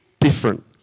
different